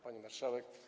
Pani Marszałek!